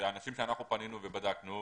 אנשים שאנחנו פנינו ובדקנו,